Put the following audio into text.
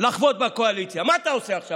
לחבוט בקואליציה, מה אתה עושה עכשיו?